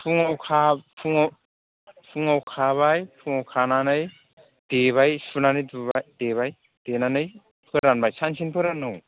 फुङाव खाबाय फुङाव खानानै देबाय सुनानै देबाय देनानै फोरानबाय सानसेनो फोराननांगौ